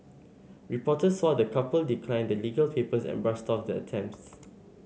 reporters saw the couple decline the legal papers and brush off the attempt